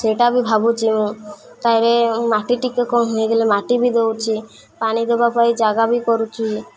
ସେଇଟା ବି ଭାବୁଛି ମୁଁ ତା'ହେଲେ ମାଟି ଟିକେ କ'ଣ ହେଇଗଲେ ମାଟି ବି ଦଉଛି ପାଣି ଦବା ପାଇଁ ଜାଗା ବି କରୁଛି